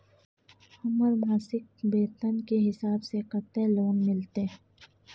हमर मासिक वेतन के हिसाब स कत्ते लोन मिलते?